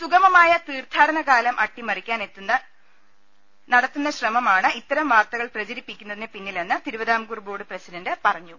സുഗമമായ തീർത്ഥാടന കാലം അട്ടിമറിക്കാൻ നടത്തുന്ന ശ്രമമാണ് ഇത്തരം വാർത്തകൾ പ്രചരിപ്പിക്കുന്നതിന് പിന്നിലെന്ന് തിരുവിതാംകൂർ ബോർഡ് പ്രസിഡന്റ് പറഞ്ഞു